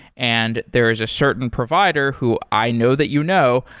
and there is a certain provider who i know that you know.